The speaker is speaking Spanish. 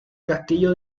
castillo